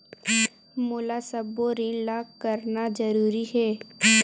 मोला सबो ऋण ला करना जरूरी हे?